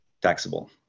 taxable